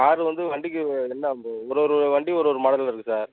car வந்து வண்டிக்கு என்ன வந்து ஒரு ஒரு வண்டி ஒரு ஒரு மாடலில் இருக்குது சார்